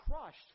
crushed